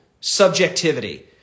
subjectivity